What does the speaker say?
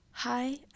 Hi